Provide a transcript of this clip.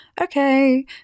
okay